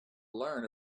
learn